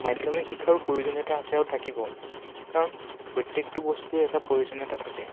মাধ্যমিক শিক্ষাৰো প্ৰয়োজনীয়তা আছে আৰু থাকিব কাৰণ প্ৰত্যেকটো বস্তুৱে এটা প্ৰয়োজনীয়তা থাকে